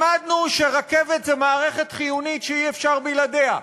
למדנו שרכבת היא מערכת חיונית שאי-אפשר בלעדיה,